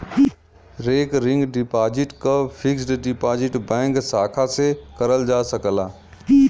recurring deposit क fixed deposit bank शाखा से करल जा सकला